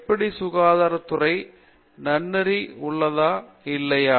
எப்படி சுகாதார துறையில் நன்னெறி உள்ளதா இல்லையா